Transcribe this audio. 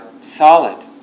solid